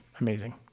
amazing